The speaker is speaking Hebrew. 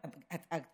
ההכשרות.